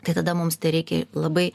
tai tada mums tereikia labai